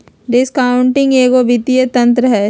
discounting एगो वित्तीय तंत्र हइ